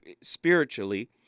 spiritually